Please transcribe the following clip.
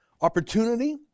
Opportunity